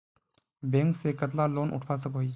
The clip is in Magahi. बैंक से कतला लोन उठवा सकोही?